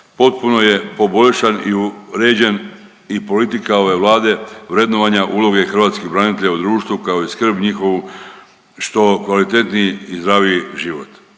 potpuno je poboljšan i uređen i politika ove Vlade vrednovanja uloge hrvatskih branitelja u društvu, kao i skrb njihovu što kvalitetniji i zdraviji život.